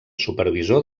supervisor